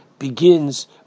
begins